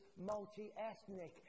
multi-ethnic